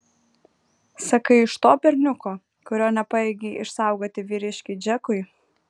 sakai iš to berniuko kurio nepajėgei išsaugoti vyriškiui džekui